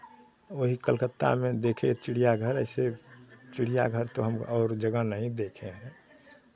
वही कलकत्ता में देखे चिड़ियाघर ऐसी चिड़ियाघर तो हम और जगह नहीं देखे हैं